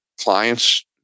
clients